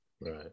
Right